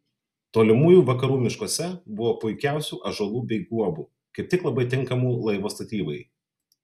tolimųjų vakarų miškuose buvo puikiausių ąžuolų bei guobų kaip tik labai tinkamų laivo statybai